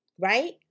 right